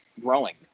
growing